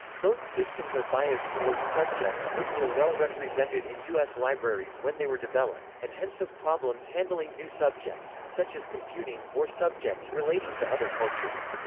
both systems are biased towards subjects which were well represented in us libraries when they were developed, and hence have problems handling new subjects, such as computing, or subjects relating to other cultures.